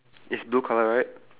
is blue colour right